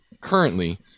currently